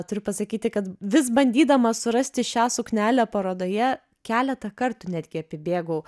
turiu pasakyti kad vis bandydama surasti šią suknelę parodoje keletą kartų netgi apibėgau